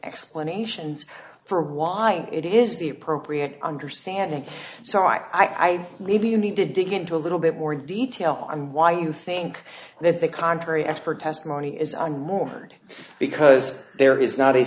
explanations for why it is the appropriate understanding so i leave you need to dig into a little bit more detail on why you think that the contrary expert testimony is and more because there is not a